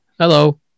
hello